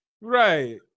Right